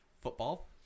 Football